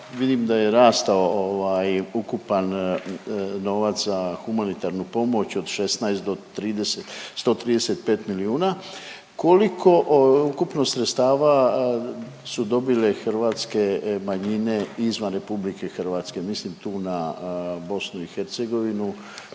vidim da je rastao ukupan novac za humanitarnu pomoć od 16 do 135 milijuna. Koliko ukupno sredstava su dobile hrvatske manjine izvan Republike Hrvatske? Mislim tu na BiH. Oni